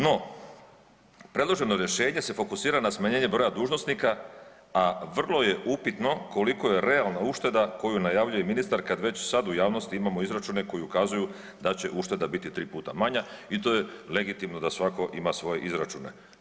No, predloženo rješenje se fokusira na smanjenje broja dužnosnika, a vrlo je upitno koliko je realna ušteda koju najavljuje ministar kad već sad u javnosti imamo izračune koji ukazuju da će ušteda biti tri puta manja i to je legitimno da svatko ima svoje izračune.